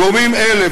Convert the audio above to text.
גורמים אלה,